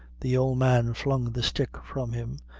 the old man flung the stick from him,